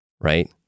right